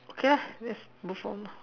okay la let's move on lo